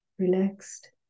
relaxed